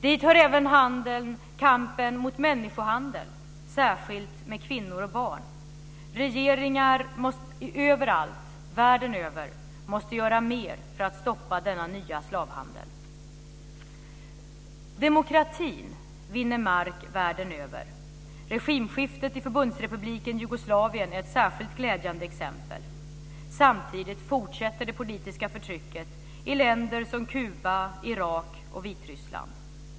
Dit hör även kampen mot människohandel, särskilt med kvinnor och barn. Regeringar måste överallt, världen över, göra mer för att stoppa denna nya slavhandel. Demokrati vinner mark världen över. Regimskiftet i Förbundsrepubliken Jugoslavien är ett särskilt glädjande exempel. Samtidigt fortsätter det politiska förtrycket i länder som Kuba, Irak och Vitryssland.